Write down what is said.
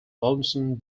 lonesome